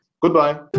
Goodbye